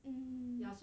mm